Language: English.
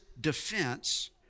defense